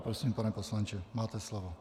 Prosím, pane poslanče, máte slovo.